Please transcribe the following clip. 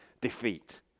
defeat